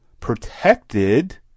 protected